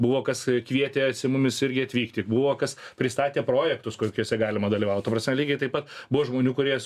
buvo kas kvietėsi mumis irgi atvykti buvo kas pristatė projektus kokiuose galima dalyvaut ta prasme lygiai taip pat buvo žmonių kurie